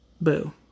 Boo